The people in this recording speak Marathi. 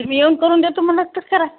तुम्ही येऊन करून देतो मला तसं करा